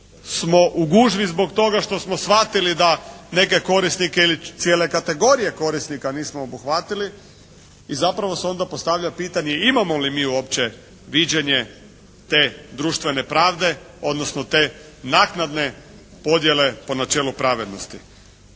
smo u gužvi zbog toga što smo shvatili da neke korisnike ili cijele kategorije korisnika nismo obuhvatili i zapravo se onda postavlja pitanje imamo li mi uopće viđenje te društvene pravde, odnosno te naknadne podjele po načelu pravednosti.